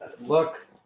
look